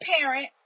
parent